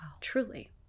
Truly